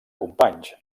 companys